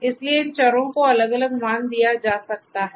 इसलिए इन चरों को अलग अलग मान दीया जा सकता है